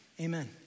Amen